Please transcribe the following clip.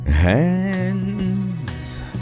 hands